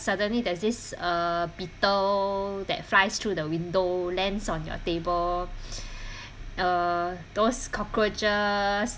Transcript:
suddenly there's this uh beetle that flies through the window lands on your table uh those cockroaches